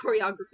choreography